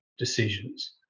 decisions